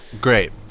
great